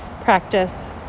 practice